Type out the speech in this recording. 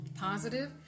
positive